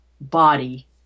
body